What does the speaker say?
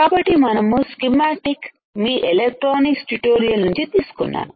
కాబట్టి మనం స్కీమాటిక్ మీ ఎలక్ట్రానిక్స్ ట్యుటోరియల్స్ నుంచి తీసుకున్నాను